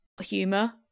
humor